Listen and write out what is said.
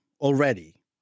already